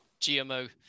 GMO